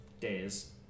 days